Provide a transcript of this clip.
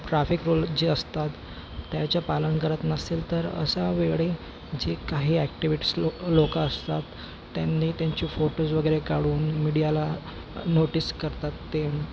traffic rule जे असतात त्याच्या पालन करत नसेल तर असा वेळी जे काही ॲक्टिविट्स लो लोक असतात त्यांनी त्यांचे फोटोज वगैरे काढून मीडियाला नोटीस करतात ते